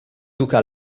duca